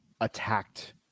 attacked